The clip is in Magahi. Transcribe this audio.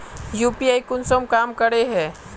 यु.पी.आई कुंसम काम करे है?